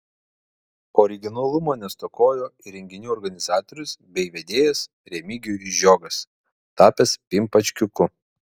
originalumo nestokojo ir renginių organizatorius bei vedėjas remigijus žiogas tapęs pimpačkiuku